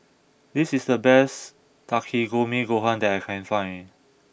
this is the best Takikomi Gohan that I can find